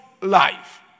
life